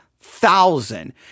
thousand